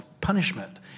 punishment